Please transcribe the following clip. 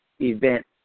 event